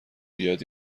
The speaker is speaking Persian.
بیاد